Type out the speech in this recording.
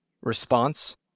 response